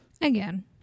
Again